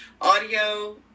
audio